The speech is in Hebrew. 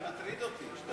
זה מטריד אותי.